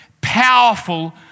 powerful